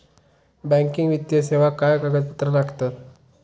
Banking वित्तीय सेवाक काय कागदपत्र लागतत?